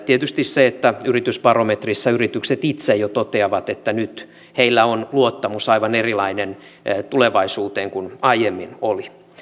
tietysti se että yritysbarometrissä yritykset itse jo toteavat että nyt heillä on aivan erilainen luottamus tulevaisuuteen kuin aiemmin oli